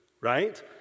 right